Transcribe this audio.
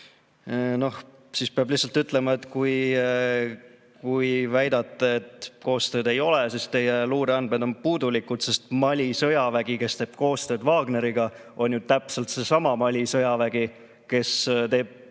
Noh, siis peab lihtsalt ütlema, et kui te väidate, et koostööd ei ole, siis teie luureandmed on puudulikud, sest Mali sõjavägi, kes teeb koostööd Wagneriga, on ju täpselt seesama Mali sõjavägi, kes teeb